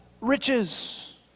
riches